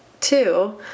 two